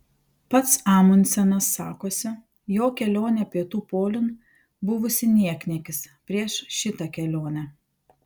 pats amundsenas sakosi jo kelionė pietų poliun buvusi niekniekis prieš šitą kelionę